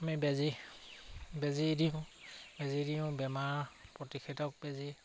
আমি বেজী বেজী দিওঁ বেজী দিওঁ বেমাৰ প্ৰতিষেধক বেজী